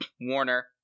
Warner